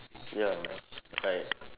ya right right